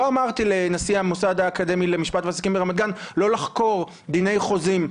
לא אמרתי לנשיא המוסד האקדמי למשפט ועסקים ברמת גן לא לחקור דיני חוזים.